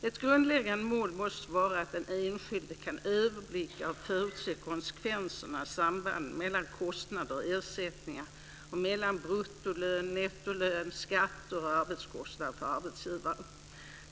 Ett grundläggande mål måste vara att den enskilde ska kunna överblicka och förutse konsekvenserna och sambanden mellan kostnader och ersättningar och mellan bruttolön, nettolön, skatter och arbetskostnader för arbetsgivaren.